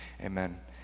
Amen